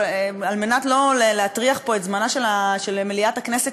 כדי לא להטריח את זמנה של מליאת הכנסת